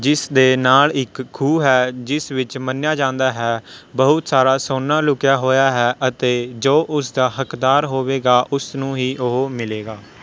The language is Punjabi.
ਜਿਸ ਦੇ ਨਾਲ਼ ਇੱਕ ਖੂਹ ਹੈ ਜਿਸ ਵਿੱਚ ਮੰਨਿਆਂ ਜਾਂਦਾ ਹੈ ਬਹੁਤ ਸਾਰਾ ਸੋਨਾ ਲੁਕਿਆ ਹੋਇਆ ਹੈ ਅਤੇ ਜੋ ਉਸਦਾ ਹੱਕਦਾਰ ਹੋਵੇਗਾ ਉਸ ਨੂੰ ਹੀ ਉਹ ਮਿਲੇਗਾ